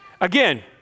Again